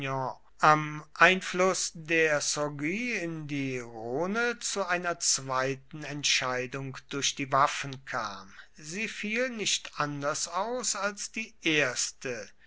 am einfluß der sorgue in die rhone zu einer zweiten entscheidung durch die waffen kam sie fiel nicht anders aus als die erste